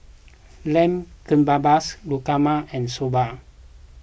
Lamb Kebabs Guacamole and Soba